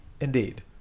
Indeed